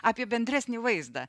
apie bendresnį vaizdą